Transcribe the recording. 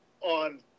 on